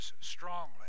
strongly